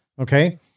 okay